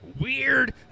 weird